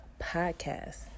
Podcast